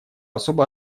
особо